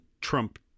Trump